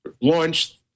launched